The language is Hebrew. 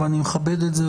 ואני מכבד את זה,